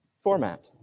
format